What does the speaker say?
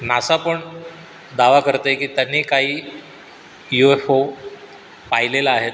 NASA पण दावा करतं आहे की त्यांनी काही यु एफ ओ पाहिलेला आहे